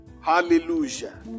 Hallelujah